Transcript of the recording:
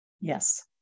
Yes